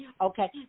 Okay